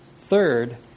Third